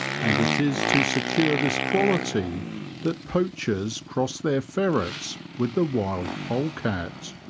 and it is to secure this quality that poachers cross their ferrets with the wild polecat.